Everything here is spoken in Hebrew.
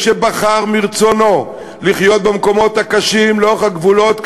שבחר מרצונו לחיות במקומות הקשים לאורך הגבולות,